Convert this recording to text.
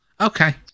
Okay